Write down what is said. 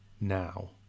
now